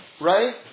right